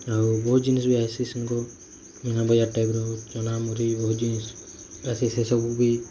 ଆଉ ବହୁତ ଜିନିଷ ବି ଆଇସି ମିନା ବଜାର ଟାଇପ୍ର ଚନା ମୁଲି ବହୁତ ଜିନିଷ ଆସି ସେ ସବୁ ବି